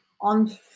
on